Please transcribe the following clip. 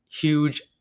huge